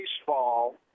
Baseball